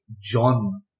John